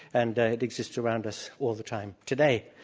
and it exists around us all the time today.